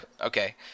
Okay